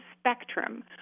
spectrum